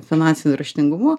finansiniu raštingumu